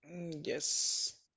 Yes